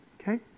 Okay